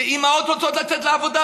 שאימהות רוצות לצאת לעבודה,